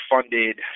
funded